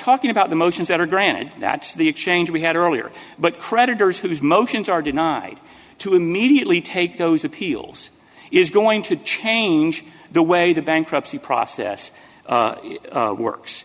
talking about the motions that are granted that the exchange we had earlier but creditors whose motions are denied to immediately take those appeals is going to change the way the bankruptcy process works